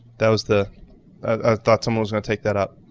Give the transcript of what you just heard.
that was the i thought someone's gonna take that up.